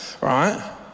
right